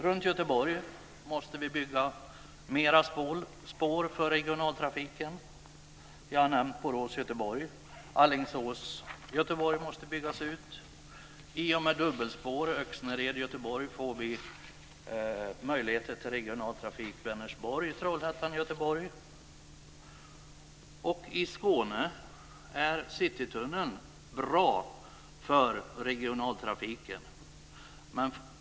Runt Göteborg måste vi bygga mer spår för regionaltrafiken, jag har nämnt Borås-Göteborg. Alingsås-Göteborg måste byggas ut. I och med dubbelspår i Öxnared i Göteborg får vi möjligheter till regionaltrafik Vänersborg-Trollhättan-Göteborg. I Skåne är Citytunneln bra för regionaltrafiken.